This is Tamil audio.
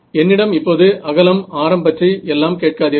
என்னிடம் இப்போது அகலம் ஆரம் பற்றி எல்லாம் கேட்காதீர்கள்